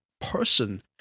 person